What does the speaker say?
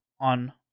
On